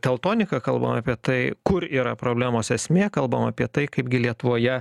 teltoniką kalbam apie tai kur yra problemos esmė kalbam apie tai kaipgi lietuvoje